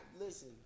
Listen